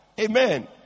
Amen